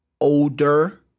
older